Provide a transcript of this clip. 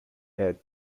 had